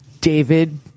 david